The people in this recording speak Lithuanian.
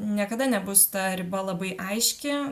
niekada nebus ta riba labai aiški